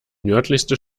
nördlichste